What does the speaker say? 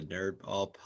Nerdball